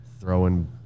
throwing